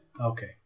Okay